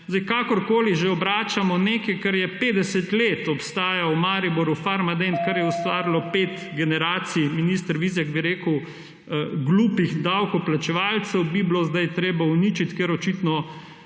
Kakorkoli že obračamo, nekaj, kar je 50 let obstajalo v Mariboru, Farmadent, kar je ustvarilo pet generacij, minister Vizjak bi rekel – glupih davkoplačevalcev, bi bilo sedaj treba uničiti, ker očitno